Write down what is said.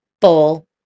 full